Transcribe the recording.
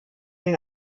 den